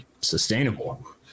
sustainable